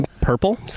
purple